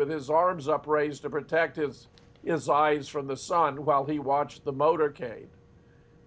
with his arms up raised a protective in size from the sun while he watched the motorcade